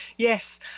Yes